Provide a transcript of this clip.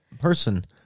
person